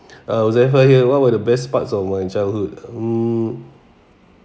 uh huzaifal here what were the best parts of my childhood mm